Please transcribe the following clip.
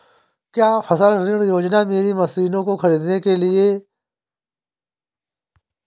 क्या फसल ऋण योजना मेरी मशीनों को ख़रीदने की लागत को पूरा करेगी?